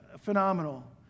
phenomenal